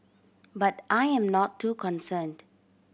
but I am not too concerned